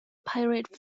pirate